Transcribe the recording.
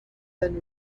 and